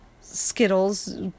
Skittles